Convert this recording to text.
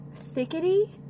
Thickety